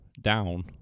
down